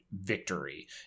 victory